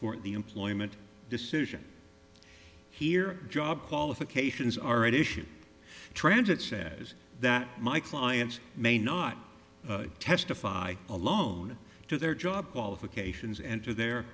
for the employment decision here job qualifications are at issue trends it says that my clients may not testify alone to their job qualifications and to their